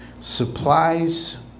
supplies